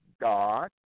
God